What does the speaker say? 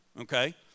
okay